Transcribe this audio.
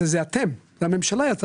זה אתם, זה הממשלה.